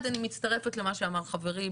אני אתן את זכות הדיבור לחבר הכנסת